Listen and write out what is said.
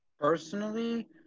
Personally